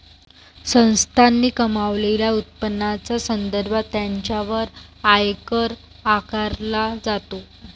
संस्थांनी कमावलेल्या उत्पन्नाच्या संदर्भात त्यांच्यावर आयकर आकारला जातो